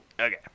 okay